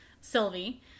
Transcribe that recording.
Sylvie